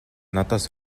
надаас